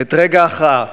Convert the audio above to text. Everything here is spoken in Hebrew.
את רגע ההכרעה,